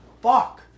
fuck